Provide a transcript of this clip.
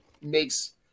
makes